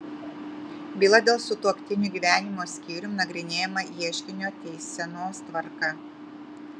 byla dėl sutuoktinių gyvenimo skyrium nagrinėjama ieškinio teisenos tvarka